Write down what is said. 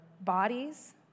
bodies